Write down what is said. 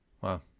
Wow